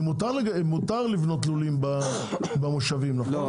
מותר לבנות לולים במושבים, נכון?